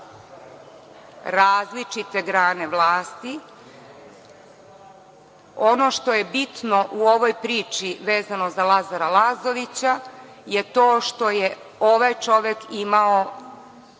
različite grane vlasti. Ono što je bitno u ovoj priči, vezano za Lazara Lazovića, je to što je ovaj čovek imao